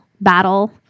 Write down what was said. battle